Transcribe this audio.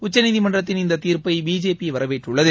உச்சநீதிமன்றத்தின் இந்த தீர்ப்பை பிஜேபி வரவேற்றுள்ளது